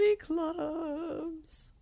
clubs